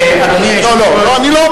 אני מוחה